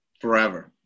forever